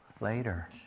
later